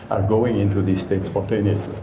are going into these states for.